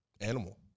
animal